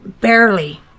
barely